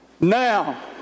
now